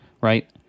Right